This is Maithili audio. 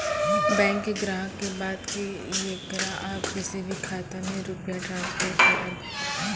बैंक ग्राहक के बात की येकरा आप किसी भी खाता मे रुपिया ट्रांसफर करबऽ?